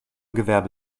gewerbe